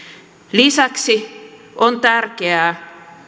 lisäksi on tärkeää